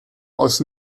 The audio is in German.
aus